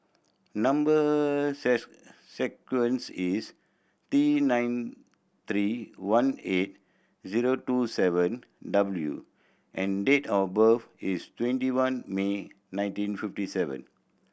number sequence is T nine three one eight zero two seven W and date of birth is twenty one May nineteen fifty seven